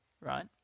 right